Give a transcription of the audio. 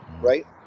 right